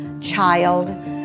child